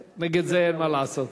נגד זה אין מה לעשות.